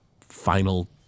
final